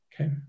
Okay